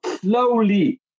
slowly